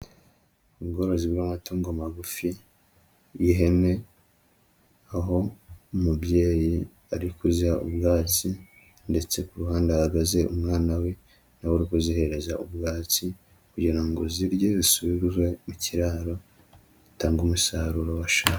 Ubworozi bw'amatungo magufi y'ihene, aho umubyeyi ari kuziha ubwatsi ndetse ku ruhande ahagaze umwana we na we kuzihereza ubwatsi kugira ngo zirye, zisubire mu kiraro, zitange umusaruro bashaka.